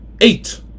Eight